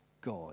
God